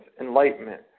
enlightenment